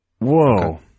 whoa